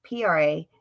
PRA